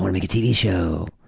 make a tv show,